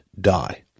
die